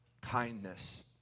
kindness